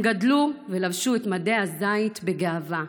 הם גדלו ולבשו את מדי הזית בגאווה.